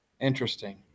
Interesting